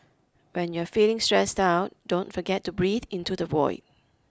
when you are feeling stressed out don't forget to breathe into the void